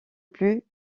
plus